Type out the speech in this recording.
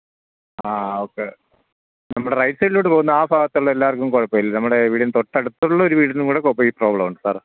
ആ ഓക്കേ നമ്മുടെ റൈറ്റ് സൈഡിലോട്ട് പോകുന്ന ആ ഭാഗത്തുള്ള എല്ലാവർക്കും കുഴപ്പം ഇല്ല നമ്മുടെ വീടിൻ്റെ തൊട്ടടുത്തുള്ള ഒരു വീടിനും കൂടെ ഈ പ്രോബ്ലം ഉണ്ട് സാർ